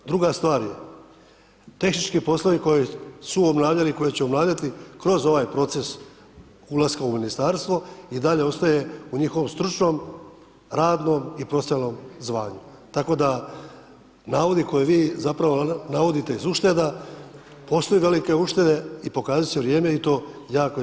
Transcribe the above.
Druga stvar je, tehnički poslovi koje su obavljali i koje će obavljati kroz ovaj proces ulaska u Ministarstvo i dalje ostaje u njihovom stručnom, radnom i … [[Govornik se ne razumije]] zvanju, tako da navodi koje vi, zapravo, navodite iz ušteda, postoje velike uštede i pokazat će vrijeme i to jako, jako brzo.